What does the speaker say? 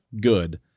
good